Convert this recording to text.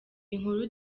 inkuru